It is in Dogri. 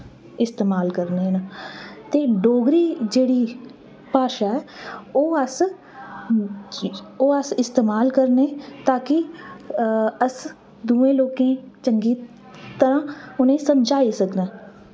इस्तेमाल करने न ते डोगरी जेह्ड़ी भाशा ऐ ओह् अस ओह् अस इस्तेमाल करने ताकि अस दुए लोकें चंगी तरहं उनें समझाई सकन